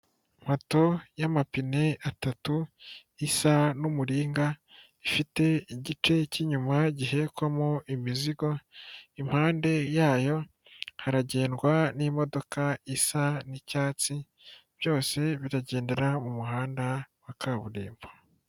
Moto y'amapine atatu isa n'umuringa, ifite igice cy'inyuma gihekwamo imizigo, impande yayo haragendwa n'imodoka isa n'icyatsi byose biragendera mu muhanda wa kaburimbo.